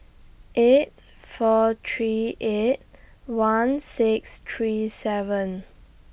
eight four three eight one six three seven